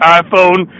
iPhone